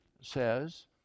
says